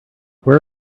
where